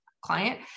client